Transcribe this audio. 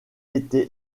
été